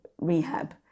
rehab